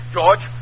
George